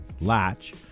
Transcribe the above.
latch